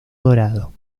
dorado